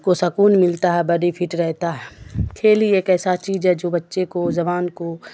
کو سکون ملتا ہے باڈی فٹ رہتا ہے کھیل ہی ایک ایسا چیز ہے جو بچے کو زبان کو